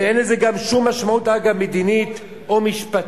וגם אין לזה שום משמעות, אגב, מדינית או משפטית,